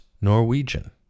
Norwegian